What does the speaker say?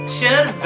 Share